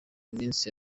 iminsi